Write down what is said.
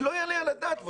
זה לא יעלה על הדעת.